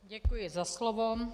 Děkuji za slovo.